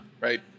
Right